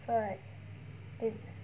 but they